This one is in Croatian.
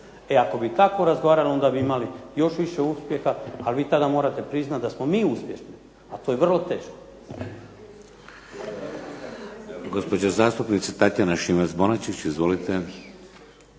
E ako bi tako razgovarali onda bi imali još više uspjeha, ali vi tada morate priznat da smo mi uspješni, a to je vrlo teško.